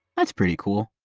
that's pretty cool.